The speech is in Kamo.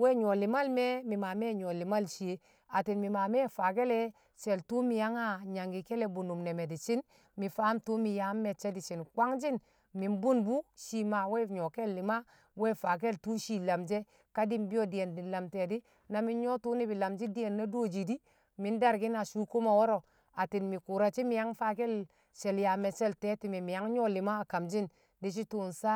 we̱ nyṵwo̱ li̱mal me̱, mi̱ me̱ nyṵwo̱ li̱mal shiye atti̱n mi̱ me̱ faake̱ le̱ she̱l twṵ mi yang a nyangki̱ ke̱ ke̱ bṵnṵm ne̱ me̱ di̱shi̱m mi faam tṵṵ mi̱ yaam me̱cce̱ di̱shi̱n kwangshi̱n mi̱ mbṵn bṵ shi̱ ma we̱ nyṵwo̱ke̱l li̱ma we faake̱l tṵṵ shii lamshi e̱ ka di̱ bi̱yo̱ di̱ye̱n di̱ mlam te̱e̱di̱ na mi nyṵwo tṵṵ ni̱bi̱ lamshi̱ di̱ye̱n na dooshi e̱ di̱ mi̱ ndarki̱n a sṵṵ koma wo̱ro̱ atti̱n mi̱ kṵṵrashi miyang faakel she̱l yaa me̱cce̱l te̱ti̱me̱ mi yang nyṵwo̱ li̱ma a kamshi̱n dishi tuu sa